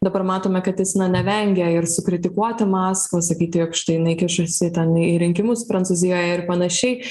dabar matome kad jis na nevengia ir sukritikuoti maskvą sakyti jog štai jinai kišasi ten į rinkimus prancūzijoje ir panašiai